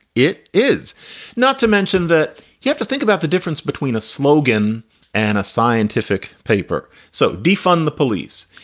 it is not to mention that you have to think about the difference between a slogan and a scientific paper. so defund the police.